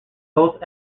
are